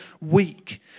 weak